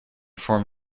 form